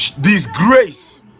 disgrace